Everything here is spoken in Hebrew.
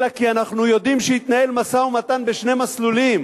אלא כי אנחנו יודעים שהתנהל משא-ומתן בשני מסלולים,